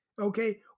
okay